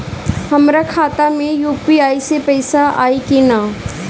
हमारा खाता मे यू.पी.आई से पईसा आई कि ना?